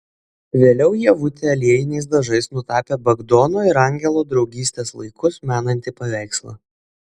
vėliau ievutė aliejiniais dažais nutapė bagdono ir angelo draugystės laikus menantį paveikslą